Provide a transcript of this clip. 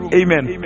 amen